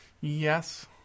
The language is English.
yes